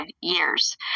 years